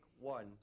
one